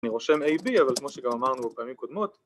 ‫אני רושם A, B, ‫אבל כמו שגם אמרנו בפעמים קודמות...